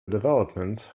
development